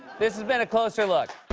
this has been a closer look.